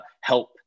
help